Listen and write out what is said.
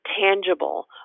tangible